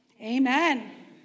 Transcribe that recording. amen